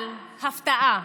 אבל, הפתעה,